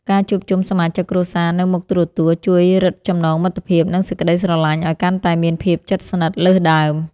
ការជួបជុំសមាជិកគ្រួសារនៅមុខទូរទស្សន៍ជួយរឹតចំណងមិត្តភាពនិងសេចក្តីស្រឡាញ់ឱ្យកាន់តែមានភាពជិតស្និទ្ធលើសដើម។